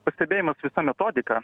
pastebėjimas visa metodika